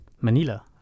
Manila